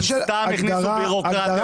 הם סתם הכניסו בירוקרטיה.